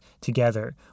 together